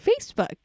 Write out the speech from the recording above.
Facebook